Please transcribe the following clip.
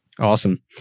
Awesome